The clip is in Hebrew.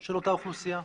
של אותה אוכלוסייה,